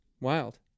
Wild